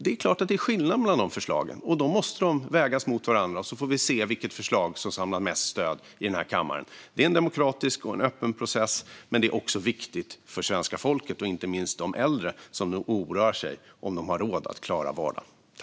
Det är klart att det är skillnad mellan de förslagen, och då måste de vägas mot varandra. Då får vi se vilket förslag som samlar mest stöd i kammaren. Det är en demokratisk och en öppen process, men detta är också viktigt för svenska folket, inte minst för de äldre som nu oroar sig för om de har råd att klara vardagen.